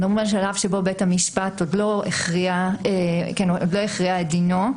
אנחנו מדברים על שלב שבו בית המשפט עוד לא הכריע את דינו.